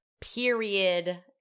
Period